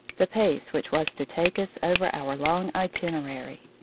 the pace which was to take us over our long itinerary.